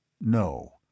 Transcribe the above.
No